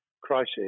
crisis